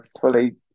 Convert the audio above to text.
fully